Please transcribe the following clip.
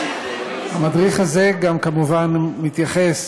המדריך הזה גם, כמובן, מתייחס